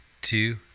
Two